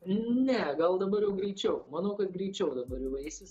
ne gal dabar jau greičiau manau kad greičiau dabar jau eisis